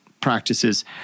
practices